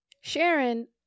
Sharon